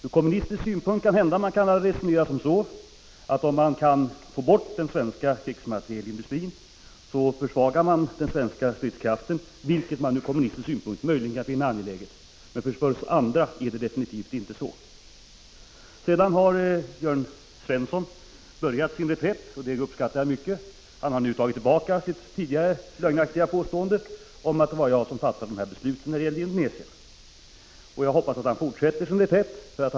Ur kommunistisk synpunkt kanske man resonerar som så, att om man kan få bort den svenska krigsmaterielindustrin, så försvagar man den svenska stridskraften, vilket man ur kommunistisk synpunkt möjligen kan finna angeläget. För oss andra är det definitivt inte så. Sedan har Jörn Svensson börjat sin reträtt, och det uppskattar jag mycket. Han har nu tagit tillbaka sitt tidigare lögnaktiga påstående om att det var jag som fattade besluten när det gällde Indonesien. Jag hoppas att han fortsätter sin reträtt.